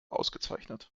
ausgezeichnet